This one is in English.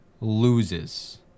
loses